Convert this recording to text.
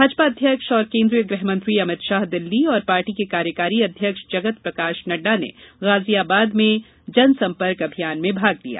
भाजपा अध्यक्ष और गृह मंत्री अमित शाह दिल्ली और पार्टी के कार्यकारी अध्यक्ष जगत प्रकाश नड्डा ने गाजियाबाद में जनसम्पर्क अभियान में भाग लिया